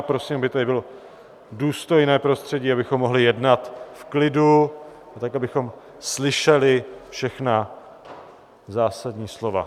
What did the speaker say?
Prosím, aby tady bylo důstojné prostředí, abychom mohli jednat v klidu a tak, abychom slyšeli všechna zásadní slova.